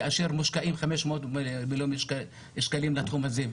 כאשר מושקעים 500 מיליון שקלים לתחום הזה.